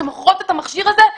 שמוכרות את המכשיר הזה,